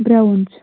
brown چھُ